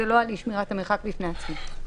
ולא על אי-שמירת המרחק בפני עצמו.